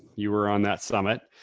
you were on that summit.